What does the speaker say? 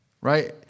right